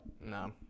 No